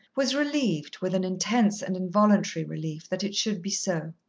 was relieved, with an intense and involuntary relief, that it should be so.